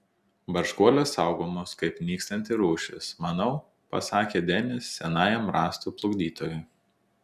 barškuolės saugomos kaip nykstanti rūšis manau pasakė denis senajam rąstų plukdytojui